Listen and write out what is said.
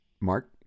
Mark